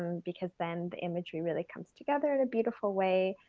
because then the imagery really comes together in a beautiful way.